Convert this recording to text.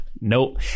nope